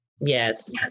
Yes